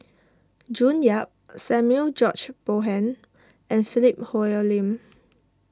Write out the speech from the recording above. June Yap Samuel George Bonham and Philip Hoalim